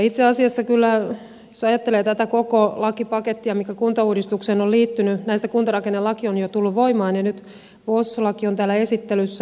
itse asiassa jos ajattelee tätä koko lakipakettia mikä kuntauudistukseen on liittynyt näistä kuntarakennelaki on jo tullut voimaan ja nyt vos laki on täällä esittelyssä